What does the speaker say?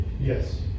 Yes